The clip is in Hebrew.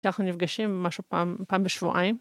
אנחנו נפגשים משהו פעם, פעם בשבועיים.